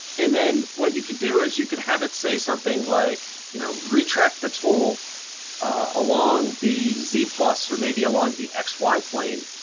and then what you could do is you could have it say something like, you know, retract the tool along the z plus, or maybe along the x y plane,